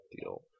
deal